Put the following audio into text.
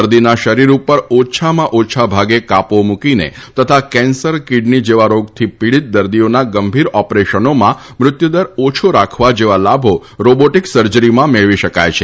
દર્દીના શરીર ઉપર ઓછામાં ઓછા ભાગે કાપો મૂકીને તથા કેન્સર કિડની જેવા રોગથી પીડિત દર્દીઓના ગંભીર ઓપરેશનોમાં મૃત્યુદર ઓછો રાખવા જેવા લાભો રોબોટીક સર્જરીમાં મેળવી શકાય છે